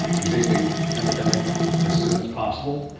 vaping epidemic as soon as possible.